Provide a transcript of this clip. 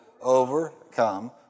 overcome